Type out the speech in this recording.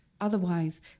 Otherwise